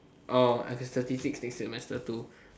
orh like statistics next semester two